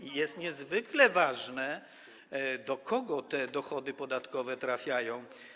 I jest niezwykle ważne, do kogo te dochody podatkowe trafiają.